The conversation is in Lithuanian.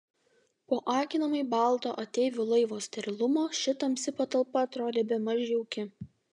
po akinamai balto ateivių laivo sterilumo ši tamsi patalpa atrodė bemaž jauki